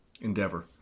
endeavor